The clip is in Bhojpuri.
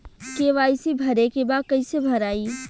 के.वाइ.सी भरे के बा कइसे भराई?